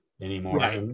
anymore